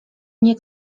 mnie